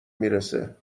میرسه